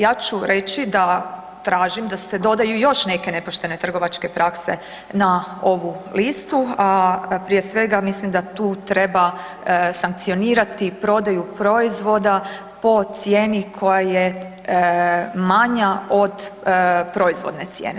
Ja ću reći da tražim da se dodaju još neke nepoštene trgovačke prakse na ovu listu, a prije svega mislim da tu treba sankcionirati prodaju proizvoda po cijeni koja je manja od proizvodne cijene.